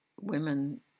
women